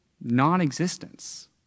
non-existence